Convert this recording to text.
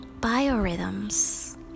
biorhythms